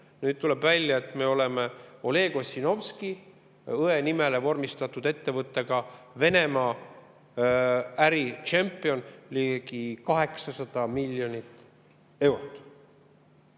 Nüüd tuleb välja, et me oleme Oleg Ossinovski õe nimele vormistatud ettevõttega Venemaa-äri tšempion: ligi 800 miljonit eurot.